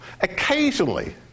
Occasionally